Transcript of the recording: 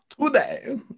Today